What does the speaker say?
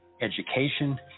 education